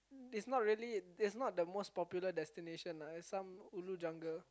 it's not really it's not the most popular destination lah it's some ulu jungle